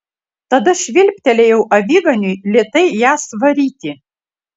tada švilptelėjau aviganiui lėtai jas varyti